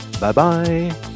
Bye-bye